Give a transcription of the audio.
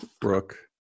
Brooke